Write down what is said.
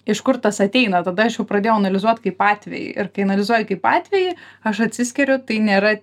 iš kur tas ateina tada aš jau pradėjau analizuot kaip atvejį ir kai analizuoji kaip atvejį aš atsiskiriu tai nėra